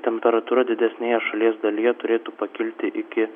temperatūra didesnėje šalies dalyje turėtų pakilti iki